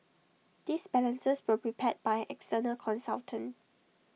these balances were prepared by external consultant